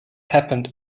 happened